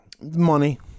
Money